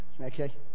Okay